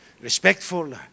respectful